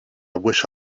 wish